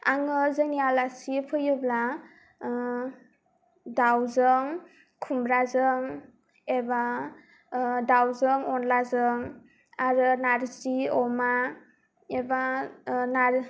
आङो जोंनि आलासि फैयोब्ला दाउजों खुम्ब्राजों एबा दाउजों अनद्लाजों आरो नारजि अमा एबा नारजि